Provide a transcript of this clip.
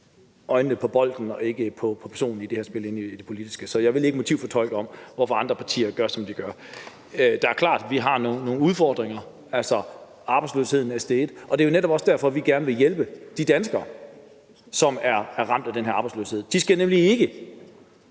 øjnene på bolden og ikke på personen i det politiske spil. Så jeg vil ikke motivfortolke, hvorfor andre partier gør, som de gør. Det er klart, at vi har nogle udfordringer. Arbejdsløsheden er steget, og det er netop også derfor, vi gerne vil hjælpe de danskere, som er ramt af den her arbejdsløshed. De skal nemlig ikke